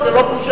זו לא בושה,